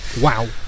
wow